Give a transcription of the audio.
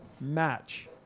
match